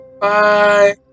Bye